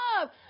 love